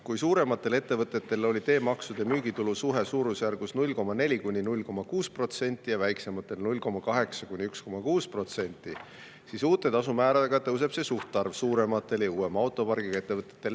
Kui suurematel ettevõtetel oli teemaksude ja müügitulu suhe suurusjärgus 0,4–0,6% ja väiksematel 0,8–1,6%, siis uute tasumääradega tõuseb see suhtarv suurematel ja uuema autopargiga ettevõtetel